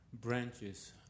branches